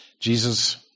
Jesus